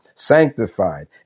sanctified